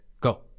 go